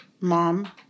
Mom